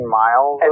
miles